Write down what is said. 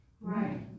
Right